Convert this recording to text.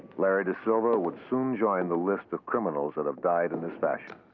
larry desilva would soon join the list of criminals that have died in this fashion.